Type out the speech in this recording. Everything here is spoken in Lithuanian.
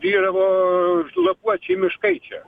vyravo lapuočiai miškai čia